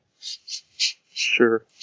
Sure